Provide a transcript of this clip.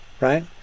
right